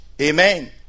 Amen